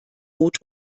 brot